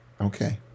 Okay